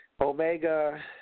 Omega